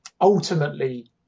ultimately